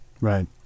Right